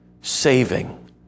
saving